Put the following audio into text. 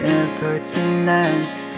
impertinence